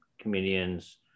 comedians